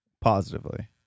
positively